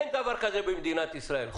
אין דבר כזה במדינת ישראל.